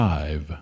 Five